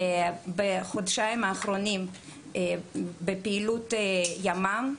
בחודשיים האחרונים, בפעילות ימ"מ,